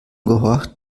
gehorcht